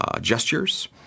gestures